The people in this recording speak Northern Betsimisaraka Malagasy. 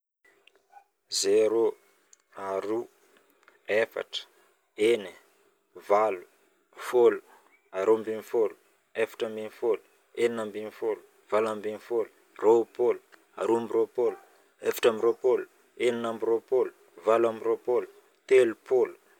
Zéro, aroa, efatra, eni, valo, folo, aroa ambin'ny folo, efatra ambin'ny folo, enina amin'ny folo, valo ambin'ny folo, roapolo, aroa amby roapolo, efatra amby roampolo, enina amby roapolo, valo amby roapolo, telopolo.